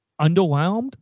underwhelmed